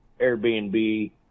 Airbnb